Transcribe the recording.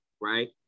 right